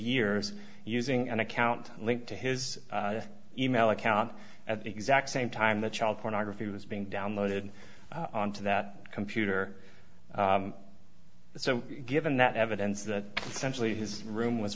years using an account linked to his e mail account at the exact same time the child pornography was being downloaded onto that computer so given that evidence that it's actually his room was